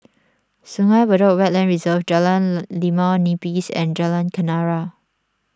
Sungei Buloh Wetland Reserve Jalan Limau Nipis and Jalan Kenarah